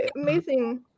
amazing